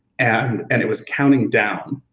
and and it was counting down,